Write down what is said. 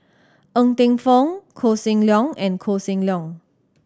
Ng Teng Fong Koh Seng Leong and Koh Seng Leong